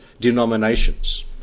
denominations